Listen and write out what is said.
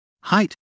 height